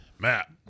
Matt